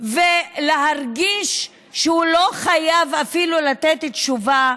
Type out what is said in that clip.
ולהרגיש שהוא לא חייב אפילו לתת תשובה,